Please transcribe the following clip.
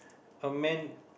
a man